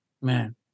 Man